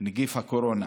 נגיף הקורונה.